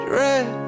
red